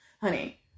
honey